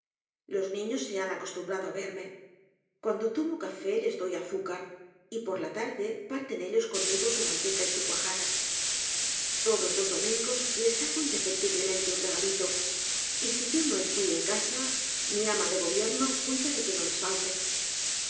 los niños se han acostumbrado á verme cuando tomo café les doy azúcar y por la tarde parten ellos coamigo su manteca y su cuajada todos los domingos les hago indefectiblemente un regalito y si yo no estoy en casa mi ama de gobierno cuida de que no les falte